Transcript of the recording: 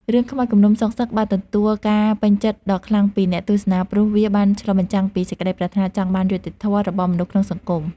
រឿងខ្មោចគំនុំសងសឹកបានទទួលការពេញចិត្តដ៏ខ្លាំងពីអ្នកទស្សនា ព្រោះវាបានឆ្លុះបញ្ចាំងពី សេចក្តីប្រាថ្នាចង់បានយុត្តិធម៌ របស់មនុស្សក្នុងសង្គម។